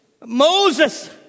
Moses